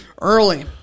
early